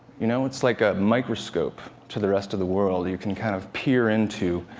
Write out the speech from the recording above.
you know? it's like a microscope to the rest of the world. you can kind of peer into